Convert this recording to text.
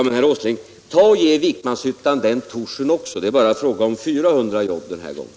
Men, herr Åsling, ge Vikmanshyttan den tuschen också — det är bara fråga om 400 jobb den här gången!